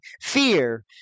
fear